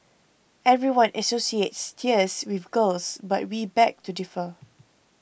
everyone associates tears with girls but we beg to differ